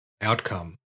outcome